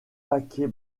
paquet